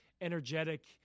energetic